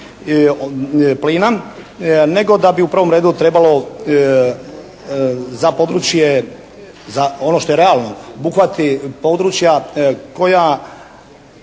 plina nego da bi u prvom redu trebalo za područje, za ono što je realno obuhvati područja koja